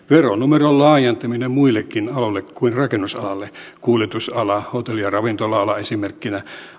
veronumeron laajentaminen muillekin aloille kuin rakennusalalle kuljetusala hotelli ja ravintola ala esimerkkeinä